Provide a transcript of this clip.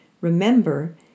Remember